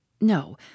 no